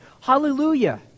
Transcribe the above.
Hallelujah